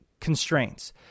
Constraints